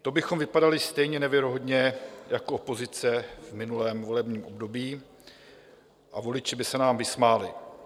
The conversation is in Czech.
To bychom vypadali stejně nevěrohodně jako opozice v minulém volebním období a voliči by se nám vysmáli.